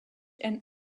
and